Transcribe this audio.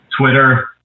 Twitter